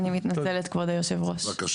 אני אמשיך בבקשה.